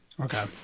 Okay